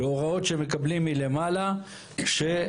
בהוראות שהם מקבלים מלמעלה שתפקידם,